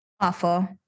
Awful